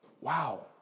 wow